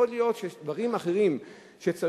יכול להיות שיש דברים אחרים שצריך,